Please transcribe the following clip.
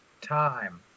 time